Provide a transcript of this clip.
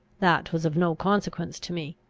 that was of no consequence to me.